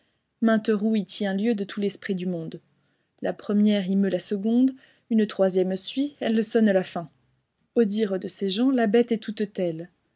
roue y tient lieu de tout l'esprit du monde la première y meut la seconde une troisième suit elle sonne à la fin au dire de ces gens la bête est toute telle